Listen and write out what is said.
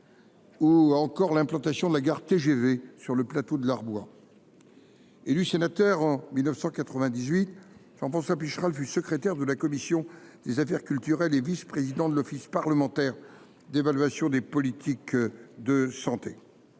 ou encore l’implantation de la gare TGV sur le plateau de l’Arbois. Élu sénateur en 1998, Jean François Picheral fut secrétaire de la commission des affaires culturelles et vice président de l’Office parlementaire d’évaluation des politiques de santé.